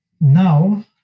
Now